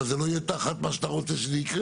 אל זה לא יהיה תחת מה שאתה רוצה שיקרה.